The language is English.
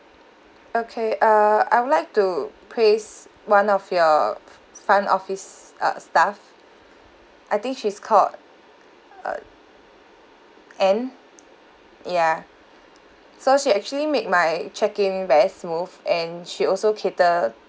okay uh I would like to praise one of your f~ front office uh staff I think she's called uh anne ya so she actually made my check in very smooth and she also cater